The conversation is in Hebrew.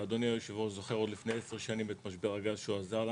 אדוני היושב-ראש זוכר כבר לפני עשר שנים את משבר הגז שבו עזרת לנו.